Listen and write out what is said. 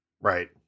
Right